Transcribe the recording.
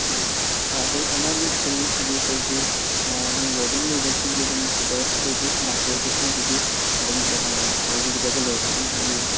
ꯑꯣ ꯍꯣꯏ ꯑꯗꯩ ꯑꯉꯥꯡꯒꯤ ꯁ꯭ꯀꯨꯜꯒꯤ ꯀꯩꯒꯤ ꯃꯣꯏ ꯕꯣꯔꯗꯤꯡ ꯂꯩꯕꯁꯤꯡꯒꯤ ꯑꯥꯗꯨꯝ ꯑꯗꯣ ꯑꯇꯩ ꯑꯇꯩꯁꯨ ꯂꯥꯛꯄꯤ ꯑꯗꯣ ꯁꯣꯝꯒꯤꯗꯤ ꯑꯗꯨꯝ ꯂꯧꯕꯤꯒꯗꯕꯗ ꯂꯩꯔꯁꯨ ꯑꯗꯨꯝ ꯍꯥꯏꯕꯤꯌꯣ